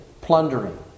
plundering